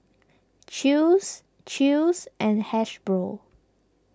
Chew's Chew's and Hasbro